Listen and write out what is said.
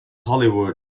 hollywood